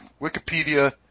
Wikipedia